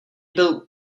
byl